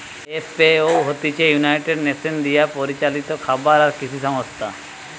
FAO হতিছে United Nations দিয়া পরিচালিত খাবার আর কৃষি সংস্থা